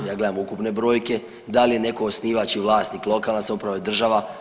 Ja gledam ukupne brojke da li je netko osnivač i vlasnik lokalna samouprava i država.